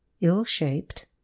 ill-shaped